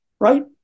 right